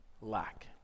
lack